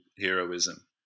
heroism